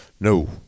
No